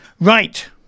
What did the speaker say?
Right